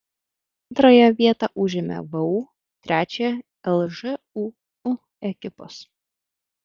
antrąją vietą užėmė vu trečiąją lžūu ekipos